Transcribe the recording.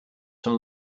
from